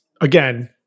again